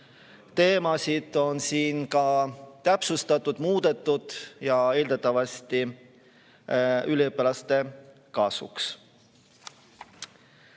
teemasid on siin täpsustatud ja muudetud, eeldatavasti üliõpilaste kasuks.